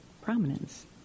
prominence